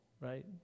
right